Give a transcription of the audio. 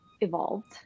evolved